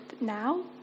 now